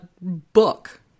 book